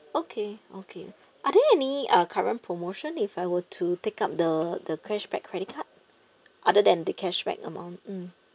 okay okay are there any uh current promotion if I were to take up the the cashback credit card other than the cashback amount mm